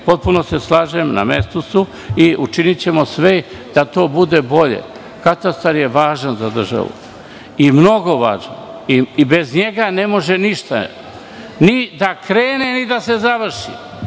potpuno se slažem, na mestu su i učinićemo sve da to bude bolje. Katastar je važan za državu, mnogo važan. Bez njega ne može ništa ni da krene, ni da se završi.